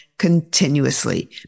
continuously